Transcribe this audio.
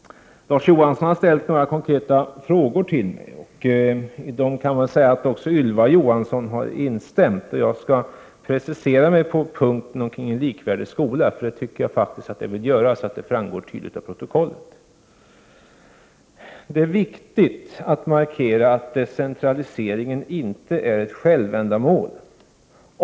Larz Johansson har ställt några konkreta frågor till mig och Ylva Johansson kan väl sägas ha instämt i dessa. Jag skall precisera mig i frågan om en likvärdig skola. Jag vill att den saken tydligt skall framgå av protokollet. Det är viktigt att markera att decentraliseringen inte är ett självändamål.